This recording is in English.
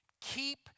Keep